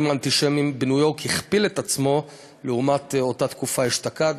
האנטישמיים בניו-יורק הכפיל את עצמו לעומת אותה תקופה אשתקד,